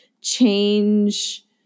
change